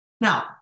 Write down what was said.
Now